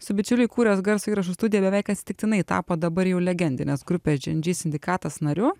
su bičiuliu įkūręs garso įrašų studiją beveik atsitiktinai tapo dabar jau legendinės grupės džy en džy sindikatas nariu